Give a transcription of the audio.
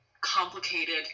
complicated